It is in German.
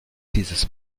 dieses